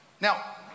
Now